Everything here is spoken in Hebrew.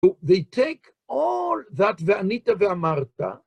הם יקבלו כל זה, וענית ואמרת.